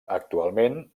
actualment